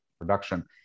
production